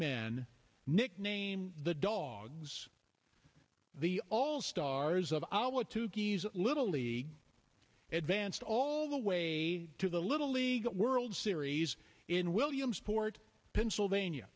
men nicknamed the dogs the all stars of our to give little league advanced all the way to the little league world series in williamsport pennsylvania